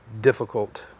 difficult